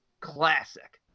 classic